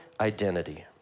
identity